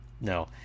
No